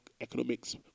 economics